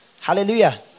hallelujah